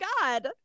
God